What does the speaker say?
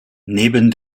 neben